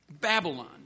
Babylon